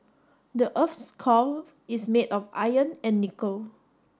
the earth's core is made of iron and nickel